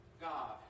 God